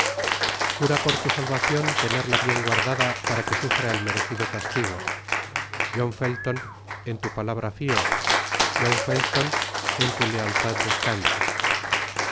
jura por tu salvacion tenerla bien guardada para que sufra el merecido castigo john felton en tu palabra fio john felton en lu lealtad descanso